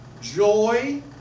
joy